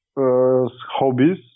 hobbies